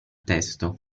testo